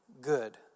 good